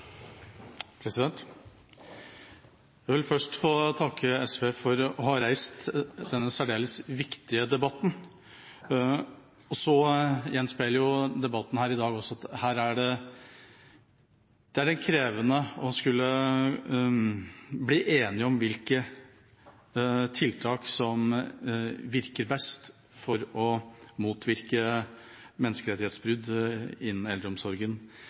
4. Jeg vil først takke SV for å ha reist denne særdeles viktige debatten. Så gjenspeiler debatten i dag at det er krevende å bli enige om hvilke tiltak som virker best for å motvirke menneskerettighetsbrudd innen eldreomsorgen.